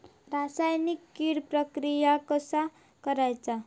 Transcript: रासायनिक कीड प्रक्रिया कसा करायचा?